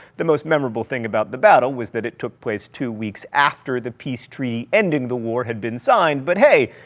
the most memorable thing about the battle is that it took place two weeks after the peace treaty ending the war had been signed. but hey,